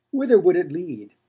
whither would it lead,